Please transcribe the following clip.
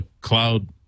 cloud